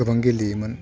गोबां गेलेयोमोन